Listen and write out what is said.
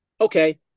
Okay